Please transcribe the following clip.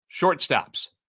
shortstops